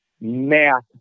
math